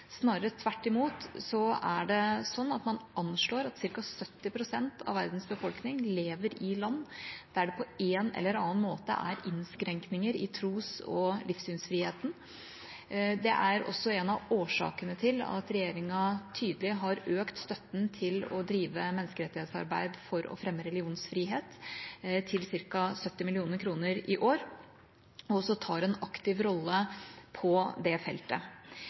Snarere tvert imot anslår man at ca. 70 pst. av verdens befolkning lever i land der det på en eller annen måte er innskrenkninger i tros- og livssynsfriheten. Det er også en av årsakene til at regjeringa tydelig har økt støtten til å drive menneskerettighetsarbeid for å fremme religionsfrihet til ca. 70 mill. kr i år, og også tar en aktiv rolle på det feltet.